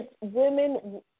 Women